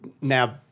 now